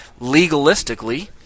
legalistically